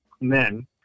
men